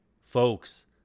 folks